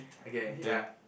okay ya